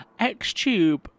Xtube